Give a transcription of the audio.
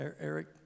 Eric